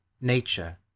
Nature